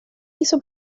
hizo